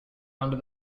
under